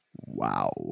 Wow